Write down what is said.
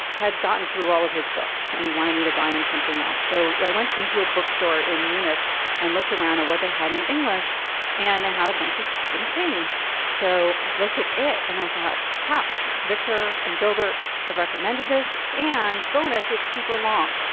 had gotten through all of his books and he wanted me to buy him something else. so i went into a bookstore in munich and looked around at what they had in english and they had a bunch of stephen king so i looked at it and i thought how victor and gilbert have recommended this and bonus. it's super long,